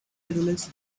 middlesex